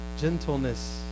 Gentleness